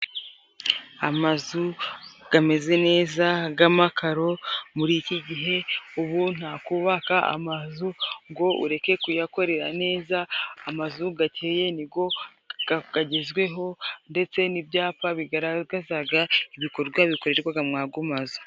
Amazu gameze neza g’amakaro muri iki gihe. Ubu ntakubaka amazu ngo ureke kuyakorera neza. Amazu gakeye ni go gagezweho, ndetse n’ibyapa bigaragazaga ibikorwa bikorerwaga mu ago mazu.